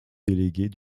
délégués